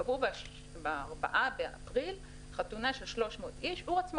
קבעו ב-4 באפריל חתונה של 300 איש והוא עצמו